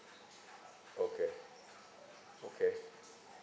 okay okay